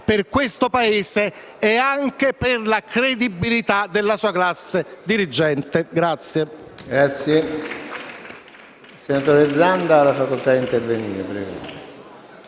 per il Paese e anche per la credibilità della sua classe dirigente.